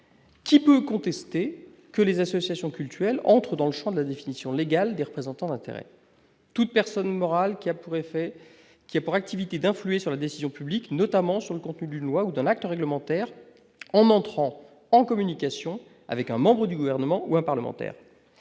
qui peut contester que les associations cultuelles entrent dans le Champ de la définition légale des représentants d'intérêts toute personne morale qui a pour effet qui a pour activité d'influer sur la décision publique, notamment sur le contenu d'une loi ou d'un acte réglementaire en entrant en communication avec un membre du gouvernement ou un parlementaire,